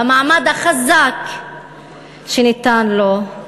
במעמד החזק שניתן לו,